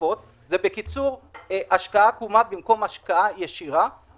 נוספות שזאת השקעה עקומה במקום השקעה ישירה.